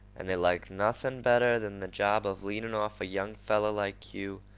and they like nothing better than the job of leading off a young feller like you,